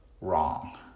wrong